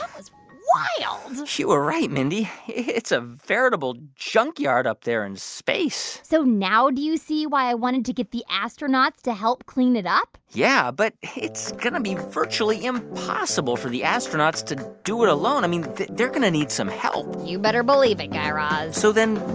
um was wild you were right, mindy. it's a veritable junkyard up there in space so now do you see why i wanted to get the astronauts to help clean it up? yeah, but it's going to be virtually impossible for the astronauts to do it alone. i mean, they're going to need some help you better believe it, guy raz so then,